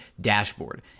dashboard